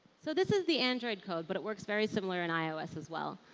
so this is the android code but it works very similar in ios as well.